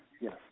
yes